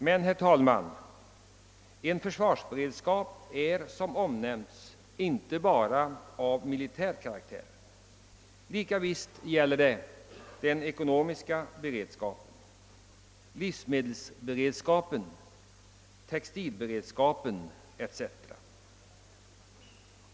Men, herr talman, försvarsberedskapen är som jag nämnde inte bara av militär karaktär. Den omfattar också en ekonomisk beredskap, d. v. s. livsmedelsberedskap, textilberedskap etc.